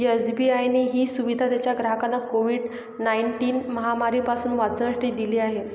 SBI ने ही सुविधा त्याच्या ग्राहकांना कोविड नाईनटिन महामारी पासून वाचण्यासाठी दिली आहे